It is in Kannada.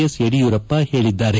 ಎಸ್ ಯಡಿಯೂರಪ್ಪ ಹೇಳಿದ್ದಾರೆ